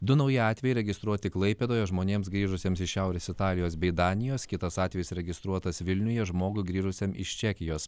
du nauji atvejai registruoti klaipėdoje žmonėms grįžusiems iš šiaurės italijos bei danijos kitas atvejis registruotas vilniuje žmogui grįžusiam iš čekijos